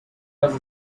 was